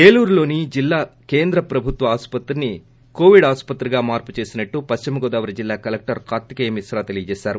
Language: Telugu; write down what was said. ఏలూరులోని జిల్లా కేంద్ర ప్రభుత్వ ఆసుపత్రిని కొవిడ్ ఆసుప్రతిగా మార్పు చేసినట్లు పశ్చిమ గోదావరి జిల్లా కలెక్టర్ కార్తికేయ మిశ్ర తెలిపారు